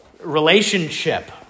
relationship